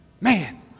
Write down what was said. Man